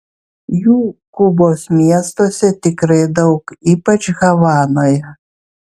jų kubos miestuose tikrai daug ypač havanoje